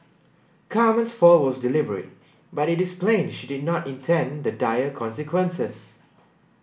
Carmen's fall was deliberate but it is plain she did not intend the dire consequences